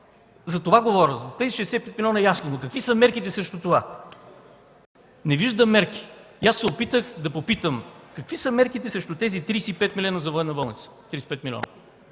За това говоря. За тези милиони – ясно, но какви са мерките срещу това? Не виждам мерки. Аз се опитах да попитам: какви са мерките срещу тези 35 милиона за Военна болница? Не че